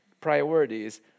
Priorities